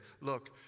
Look